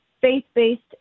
faith-based